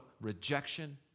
rejection